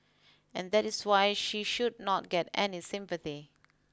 and that is why she should not get any sympathy